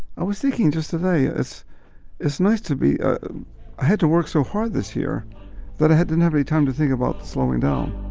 i was thinking just today it's it's nice to be head to work so hard this year that i had didn't have any time to think about slowing down